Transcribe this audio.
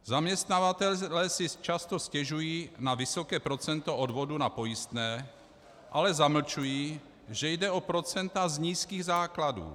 Zaměstnavatelé si často stěžují na vysoké procento odvodů na pojistné, ale zamlčují, že jde o procenta z nízkých základů.